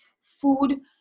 food